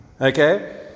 Okay